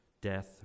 death